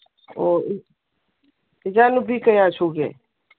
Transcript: ꯑꯣ ꯏꯆꯥꯅꯨꯄꯤ ꯀꯌꯥ ꯁꯨꯒꯦ